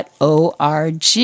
.org